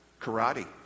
Karate